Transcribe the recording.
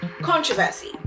Controversy